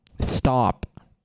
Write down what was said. stop